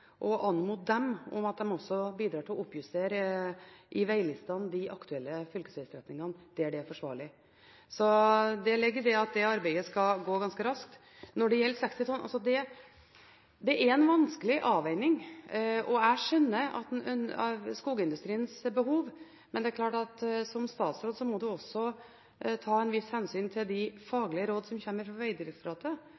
om at de også bidrar til å oppjustere i veglistene de aktuelle fylkesvegstrekningene, der det er forsvarlig. Det ligger i det at det arbeidet skal gå ganske raskt. Når det gjelder 60 tonn, er det en vanskelig avveining, og jeg skjønner skogindustriens behov. Men det er klart at som statsråd må en også ta et visst hensyn til de